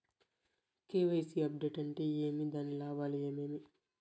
KYC update అంటే ఏమి? దాని లాభాలు ఏమేమి?